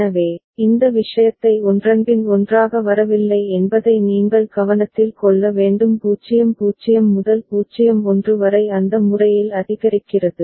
எனவே இந்த விஷயத்தை ஒன்றன்பின் ஒன்றாக வரவில்லை என்பதை நீங்கள் கவனத்தில் கொள்ள வேண்டும் 0 0 முதல் 0 1 வரை அந்த முறையில் அதிகரிக்கிறது